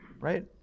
right